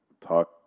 talk